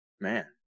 Man